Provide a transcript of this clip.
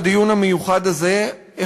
בדיון המיוחד הזה,